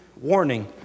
warning